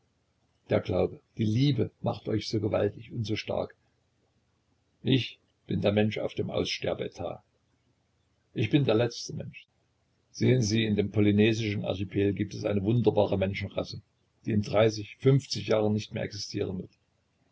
der glaube die liebe macht euch so gewaltig und so stark ich bin der mensch auf dem aussterbeetat ich bin der letzte mensch sehen sie in dem polynesischen archipel gibt es eine wunderbare menschenrasse die in dreißig fünfzig jahren nicht mehr existieren wird